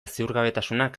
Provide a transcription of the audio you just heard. ziurgabetasunak